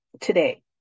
today